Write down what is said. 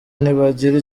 ntibagira